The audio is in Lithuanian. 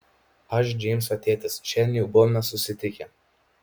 aš džeimso tėtis šiandien jau buvome susitikę